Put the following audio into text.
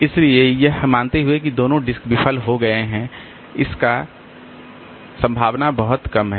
इसलिए यह मानते हुए कि दोनों डिस्क विफल हो गए हैं जिसकी संभावना बहुत कम है